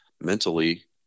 mentally